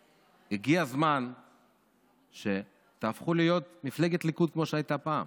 שהגיע הזמן שתהפכו להיות מפלגת ליכוד כמו שהייתה פעם,